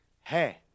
Hey